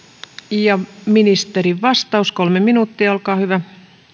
ministerin vastaus kolme minuuttia olkaa hyvä